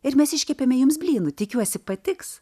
ir mes iškepėme jums blynų tikiuosi patiks